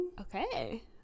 Okay